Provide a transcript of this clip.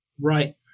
right